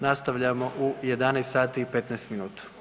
Nastavljamo u 11 sati i 15 minuta.